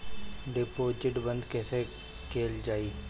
Deposit बंद कैसे कैल जाइ?